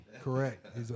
Correct